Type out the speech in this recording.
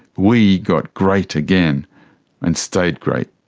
we got great again and stayed great.